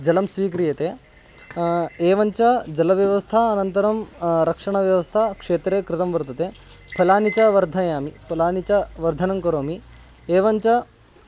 जलं स्वीक्रियते एवञ्च जलव्यवस्था अनन्तरं रक्षणव्यवस्था क्षेत्रे कृतं वर्तते फलानि च वर्धयामि फलानि च वर्धनं करोमि एवञ्च